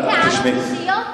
אתה מעיר הערות אישיות,